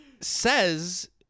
says